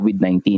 COVID-19